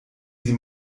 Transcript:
sie